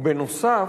ובנוסף,